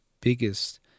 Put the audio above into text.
biggest